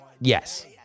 Yes